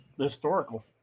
historical